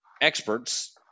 experts